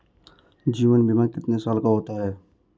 जीवन बीमा कितने साल का होता है?